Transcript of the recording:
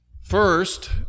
First